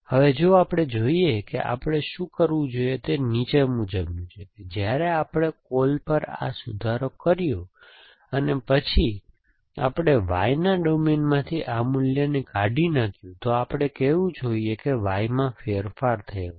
હવે જો આપણે જોઈએ કે આપણે શું કરવું જોઈએ તે નીચે મુજબ છે કે જ્યારે આપણે કૉલ પર આ સુધારો કર્યો અને પછી આપણે Y ના ડોમેનમાંથી આ મૂલ્યને કાઢી નાખ્યું તો આપણે કહેવું જોઈએ કે Y માં ફેરફાર થયો છે